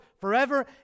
forever